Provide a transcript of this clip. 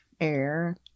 air